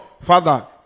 Father